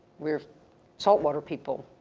we're salt water people,